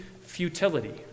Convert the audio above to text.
futility